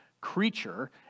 creature